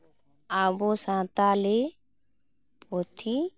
ᱟᱵᱚ ᱥᱟᱶᱛᱟᱞᱤ ᱯᱩᱛᱷᱤ